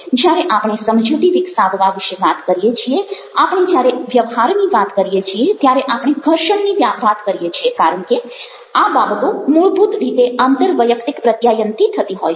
જ્યારે આપણે સમજૂતિ વિકસાવવા વિશે વાત કરીએ છીએ આપણે જ્યારે વ્યવહારની વાત કરીએ છીએ ત્યારે આપણે ઘર્ષણની વાત કરીએ છીએ કારણ કે આ બાબતો મૂળભૂત રીતે આંતરવૈયક્તિક પ્રત્યાયનથી થતી હોય છે